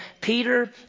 Peter